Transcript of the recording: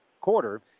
quarter